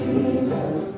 Jesus